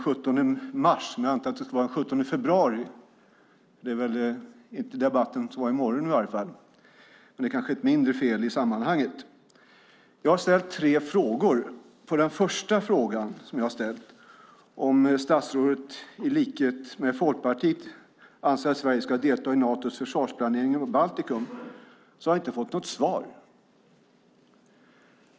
Jag har ställt tre frågor. På den första frågan som jag har ställt, om statsrådet i likhet med Folkpartiet anser att Sverige ska delta i Natos försvarsplanering över Baltikum, har jag inte fått något svar.